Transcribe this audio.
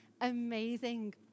amazing